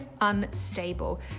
unstable